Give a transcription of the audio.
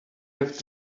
have